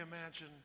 imagine